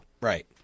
right